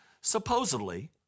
Supposedly